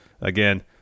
again